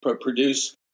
produce